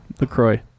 LaCroix